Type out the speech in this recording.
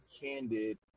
candid